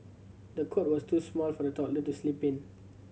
the cot was too small for the toddler to sleep in